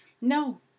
No